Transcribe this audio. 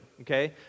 Okay